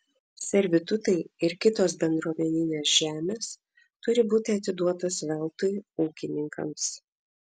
servitutai ir kitos bendruomeninės žemės turi būti atiduotos veltui ūkininkams